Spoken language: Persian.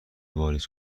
واریز